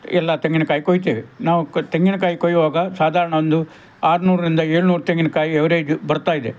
ಎಲ್ಲಾ ತೆಂಗಿನಕಾಯಿ ಕೊಯ್ತೇವೆ ನಾವು ತೆಂಗಿನಕಾಯಿ ಕೊಯ್ಯುವಾಗ ಸಾಧಾರಣ ಒಂದು ಆರುನೂರರಿಂದ ಏಳುನೂರು ತೆಂಗಿನಕಾಯಿ ಎವರೇಜ್ ಬರ್ತಾಯಿದೆ